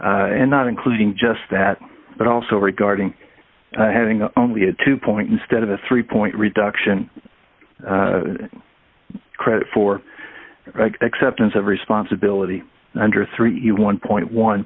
r and not including just that but also regarding having only a two point instead of a three point reduction credit for acceptance of responsibility under thirty one point one